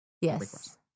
Yes